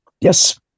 yes